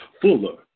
fuller